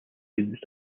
dunes